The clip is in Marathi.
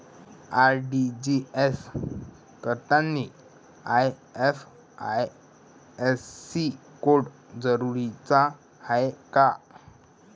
आर.टी.जी.एस करतांनी आय.एफ.एस.सी कोड जरुरीचा हाय का?